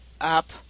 up